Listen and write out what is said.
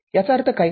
याचा अर्थ काय